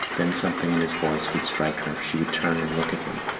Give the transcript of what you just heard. then something in his voice would strike her. she would turn and look at him.